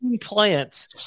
plants